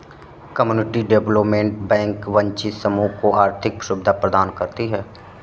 community development bank वंचित समूह को आर्थिक सुविधा प्रदान करती है